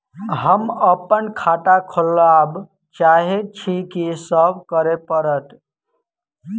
हम अप्पन खाता खोलब चाहै छी की सब करऽ पड़त?